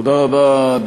תודה רבה.